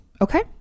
Okay